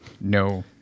No